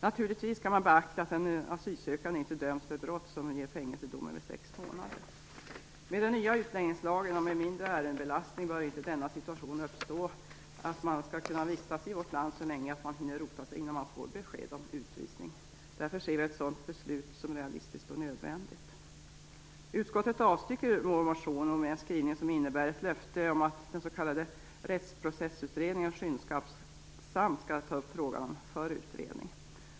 Naturligtvis skall man beakta att den asylsökande inte dömts för brott som ger fängelsedom över sex månader. Med den nya utlänningslagen och med mindre ärendebelastning bör inte denna situation uppstå att man skall kunna vistas i vårt land så länge att man hinner rota sig innan man får besked om utvisning. Därför ser vi ett sådant beslut som realistiskt och nödvändigt. Utskottet avstyrker vår motion med en skrivning som innebär ett löfte om att den s.k. Rättsprocessutredningen skyndsamt skall ta upp frågan för utredning.